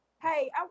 Hey